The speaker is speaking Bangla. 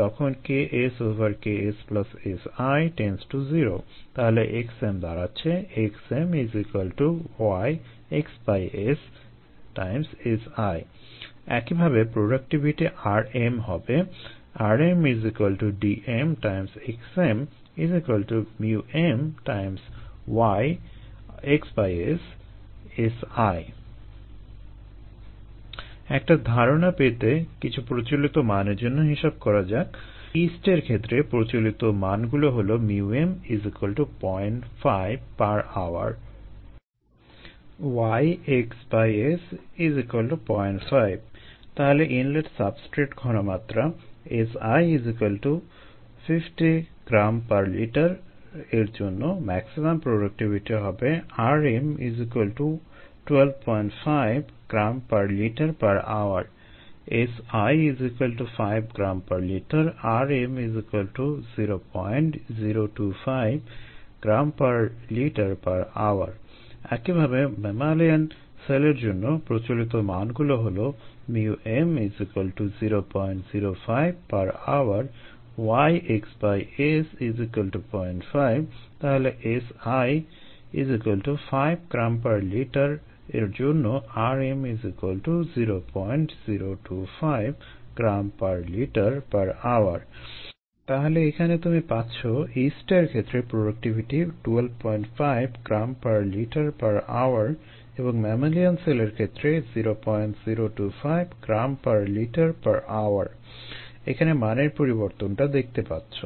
তখন KSKSSi→0 তাহলে 𝑥𝑚 দাঁড়াচ্ছে xmYxS Si একইভাবে প্র্রোডাক্টিভিটি Rm হবে 𝑅𝑚 𝐷𝑚𝑥𝑚 𝜇𝑚 একটা ধারণা পেতে কিছু প্রচলিত মানের জন্য হিসাব করা যাক ঈস্টের ক্ষেত্রে প্রচলিত মানগুলো হলো m05 h 1 YxS05 তাহলে ইনলেট সাবস্ট্রেট ঘনমাত্রা Si 50 gl 1 এর জন্য ম্যাক্সিমাম প্রোডাক্টিভিটি হবে Rm 125 gl 1h 1 Si 5 gl 1 Rm 0025 gl 1h 1 একইভাবে ম্যামালিয়ান সেলের জন্য প্রচলিত মানগুলো হলো µm 005 h 1 YxS 01 তাহলে Si 5 gl 1 এর জন্য Rm 0025 gl 1h 1 তাহলে এখানে তুমি পাচ্ছো ঈস্টের ক্ষেত্রে productivity 125 gram per liter per hour এবং ম্যামালিয়ান সেলের ক্ষেত্রে 0025 gram per liter per hour এখানে মানের পরিবর্তনটা দেখতে পাচ্ছো